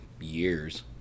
years